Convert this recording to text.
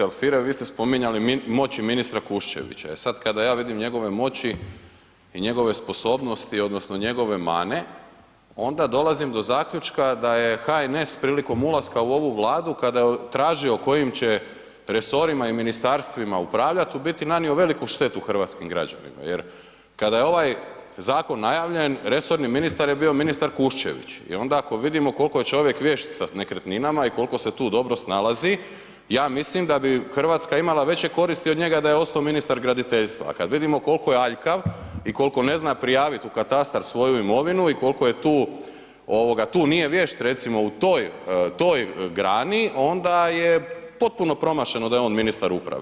Kolegice Alfirev, vi ste spominjali moći ministra Kuščevića, e sad kad ja vidim njegove moći i njegove sposobnosti odnosno njegove mane onda dolazim do zaključka da je HNS prilikom ulaska u ovu Vladu kada je tražio kojim će resorima i ministarstvima upravljat, u biti nanio veliku štetu hrvatskim građanima jer kada je ovaj zakon najavljen, resorni ministar je bio ministar Kuščević i onda ako vidimo koliko je čovjek vješt sa nekretninama i koliko se tu dobro snalazi, ja mislim da bi Hrvatska imala veće koristi od njega da je ostao ministar graditeljstva a kad vidimo koliko je aljkav i koliko ne zna prijaviti u katastar svoju imovinu i koliko je tu nije vješt, recimo u toj grani onda je potpuno promašeno da je on ministar uprave.